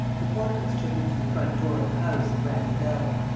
the portress took him to the front-door of the house and rang the bell.